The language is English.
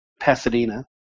Pasadena